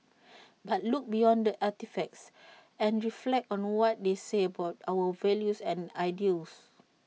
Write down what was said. but look beyond the artefacts and reflect on what they say about our values and ideals